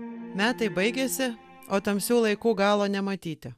metai baigėsi o tamsių laikų galo nematyti